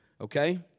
Okay